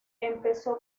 empezó